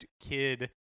kid